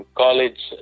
college